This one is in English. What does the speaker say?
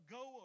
go